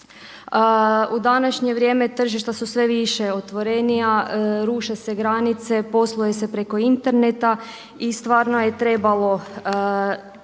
U današnje vrijeme tržišta su sve više otvorenija, ruše se granice, posluje se preko interneta i stvarno je trebala